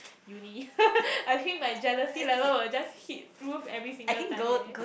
uni I think my jealousy level will just hit roof every single time eh